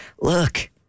Look